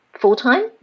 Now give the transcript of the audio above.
full-time